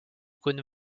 cônes